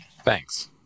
Thanks